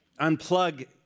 unplug